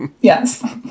Yes